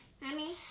Mommy